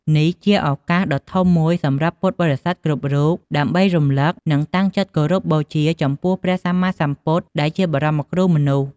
នេះជាឱកាសដ៏ធំមួយសម្រាប់ពុទ្ធបរិស័ទគ្រប់រូប ដើម្បីរំលឹក និងតាំងចិត្តគោរពបូជាចំពោះព្រះសម្មាសម្ពុទ្ធ ដែលជាបមរគ្រូមនុស្ស។